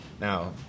Now